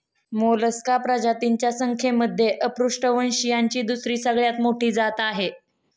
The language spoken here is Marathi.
मोलस्का प्रजातींच्या संख्येमध्ये अपृष्ठवंशीयांची दुसरी सगळ्यात मोठी जात आहे